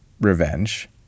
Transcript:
revenge